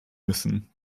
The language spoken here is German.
müssen